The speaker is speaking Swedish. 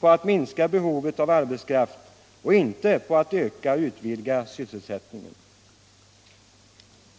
på att minska behovet av arbetskraft och inte på att öka och utvidga sysselsättningen.